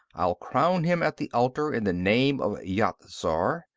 i'll crown him at the altar in the name of yat-zar.